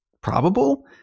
probable